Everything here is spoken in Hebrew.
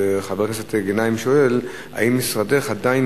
חבר הכנסת גנאים שואל: האם משרדך עדיין